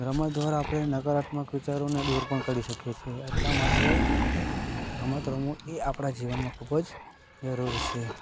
રમત દ્વારા આપણે નકારાત્મક વિચારોને દૂર પણ કરી શકીએ છીએ એટલા માટે રમત રમવું એ આપણા જીવનમાં ખૂબ જ જરૂરી છે